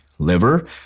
liver